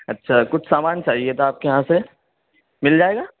اچھا کچھ سامان چاہیے تھا آپ کے یہاں سے مل جائے گا